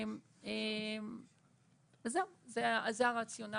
זה הרציונל.